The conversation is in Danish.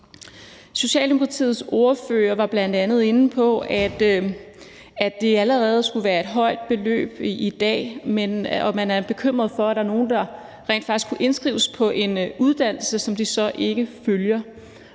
Socialdemokratiets ordfører var bl.a. inde på, at det allerede skulle være et højt beløb i dag, og at man er bekymret for, at der er nogle, der rent faktisk indskrives på en uddannelse, som de så ikke følger.